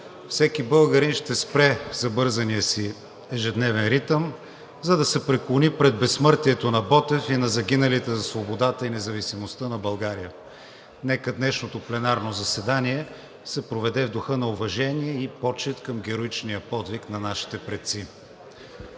Всеки българин ще спре забързания си ежедневен ритъм, за да се преклони пред безсмъртието на Ботев и на загиналите за свободата и независимостта на България. Нека днешното пленарно заседание се проведе в духа на уважение и почит към героичния подвиг на нашите предци.